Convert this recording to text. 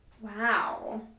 Wow